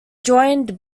joined